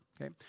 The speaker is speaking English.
okay